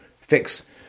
fix